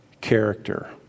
character